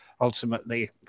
ultimately